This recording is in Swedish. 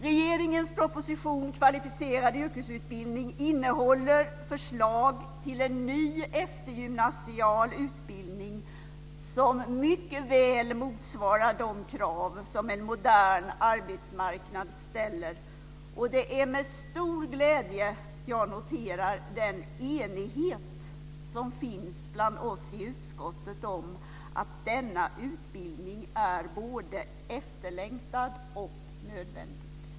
Regeringens proposition Kvalificerad yrkesutbildning innehåller förslag till en ny eftergymnasial utbildning som mycket väl motsvarar de krav som en modern arbetsmarknad ställer, och det är med stor glädje jag noterar den enighet som finns bland oss i utskottet om att denna utbildning är både efterlängtad och nödvändig.